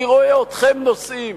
אני רואה אתכם נוסעים